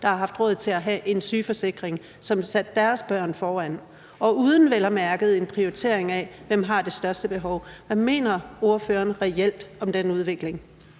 der har haft råd til at have en sygeforsikring, som satte deres børn foran, vel at mærke uden en prioritering af, hvem der har det største behov. Hvad mener ordføreren reelt om den udvikling?